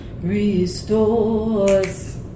Restores